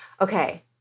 okay